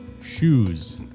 shoes